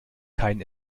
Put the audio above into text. kein